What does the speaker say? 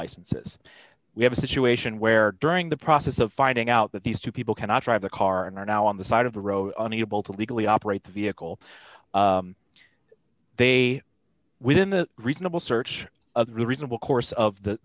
licenses we have a situation where during the process of finding out that these two people cannot drive the car and are now on the side of the road and able to legally operate the vehicle they within the reasonable search of the reasonable course of the